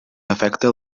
efecte